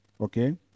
Okay